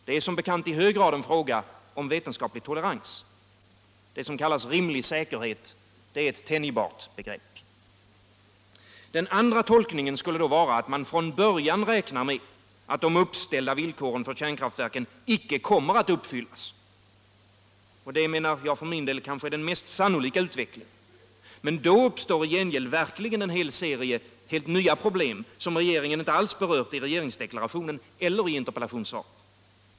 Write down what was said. Det är som bekant i hög grad en fråga om vetenskaplig tolerans. Det som kallas rimlig säkerhet är ett tänjbart begrepp. Den andra tolkningen skulle då vara att man från början räknar med att de uppställda villkoren för kärnkraftverken icke kommer att uppfvllas. Det menar jag för min del kanske är den mest sannolika utvecklingen. Men då uppstår i gengäld verkligen en serie helt nya problem, som regeringen inte alls berört i regeringsdeklarationen eller i interpellationssvaret.